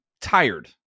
tired